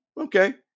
okay